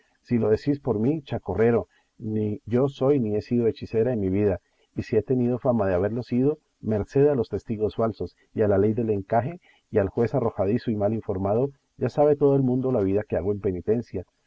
si lo decís por mí chacorrero ni yo soy ni he sido hechicera en mi vida y si he tenido fama de haberlo sido merced a los testigos falsos y a la ley del encaje y al juez arrojadizo y mal informado ya sabe todo el mundo la vida que hago en penitencia